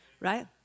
right